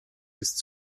ist